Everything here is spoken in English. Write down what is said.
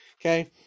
Okay